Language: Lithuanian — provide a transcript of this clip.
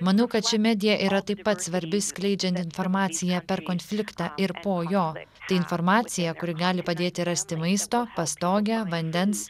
manau kad ši medija yra taip pat svarbi skleidžiant informaciją per konfliktą ir po jo tai informacija kuri gali padėti rasti maisto pastogę vandens